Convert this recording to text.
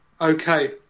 Okay